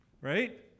right